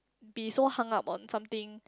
be so hung up on something